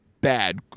bad